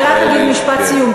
אני רק אגיד משפט סיום,